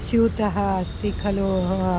स्यूतः अस्ति खलु